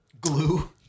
glue